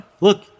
Look